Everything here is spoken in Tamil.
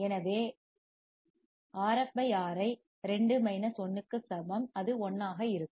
எனவே Rf Riஎன்பது 2 1 க்கு சமம் அது 1 ஆக இருக்கும்